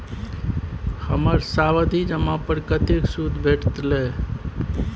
हमर सावधि जमा पर कतेक सूद भेटलै?